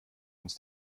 uns